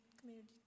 community